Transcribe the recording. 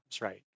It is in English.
right